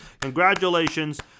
Congratulations